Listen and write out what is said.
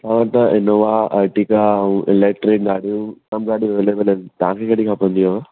हूअं त Innova Ertiga ऐं इलैक्ट्रिक गाॾियूं सभु गाॾियूं अवेलेबल आहिनि तव्हांखे कहिड़ी खपंदी हुअ